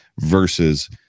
versus